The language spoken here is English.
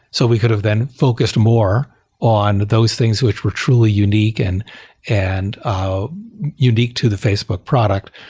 so we could have then focused more on those things which were truly unique and and unique to the facebook product,